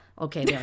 Okay